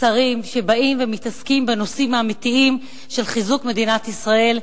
שרים שבאים ומתעסקים בנושאים האמיתיים של חיזוק מדינת ישראל.